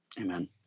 Amen